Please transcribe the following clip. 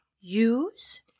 Use